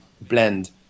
blend